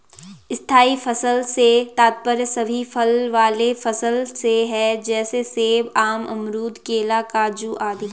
स्थायी फसल से तात्पर्य सभी फल वाले फसल से है जैसे सेब, आम, अमरूद, केला, काजू आदि